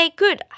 good